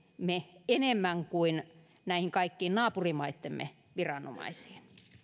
enemmän kuin näihin kaikkiin naapurimaittemme viranomaisiin